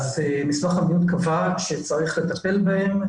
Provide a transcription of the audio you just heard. מסמך --- קבע שצריך לטפל בהם,